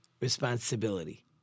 responsibility